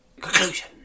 Conclusion